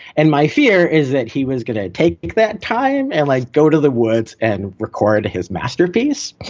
and my fear is that he was going to take that time and like go to the woods and record his masterpiece.